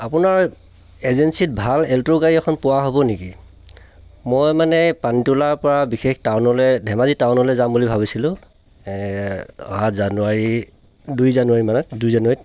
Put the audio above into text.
আপোনাৰ এজেঞ্চিত ভাল এল্ট' গাড়ী এখন পোৱা হ'ব নেকি মই মানে পানীতোলাৰ পৰা বিশেষ টাউনলৈ ধেমাজী টাউনলৈ যাম বুলি ভাবিছিলোঁ অহা জানুৱাৰী দুই জানুৱাৰী মানত দুই জানুৱাৰীত